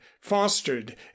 fostered